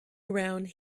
around